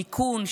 מיכון,